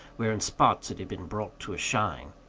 where, in spots, it had been brought to a shine,